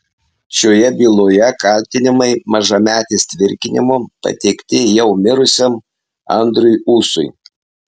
šioje byloje kaltinimai mažametės tvirkinimu pateikti jau mirusiam andriui ūsui